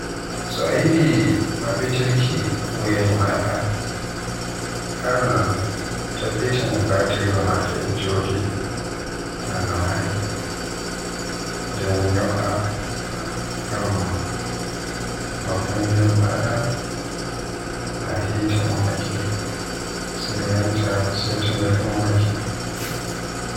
So a yidi mabbitirki wayayel maada, aranon tabbitin batiriwa maada e jodi non no haani, nden nyo'a ngam makunniyel maada naa hite ummake. Sai renta saito ngel ummake.